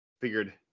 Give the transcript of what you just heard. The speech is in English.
figured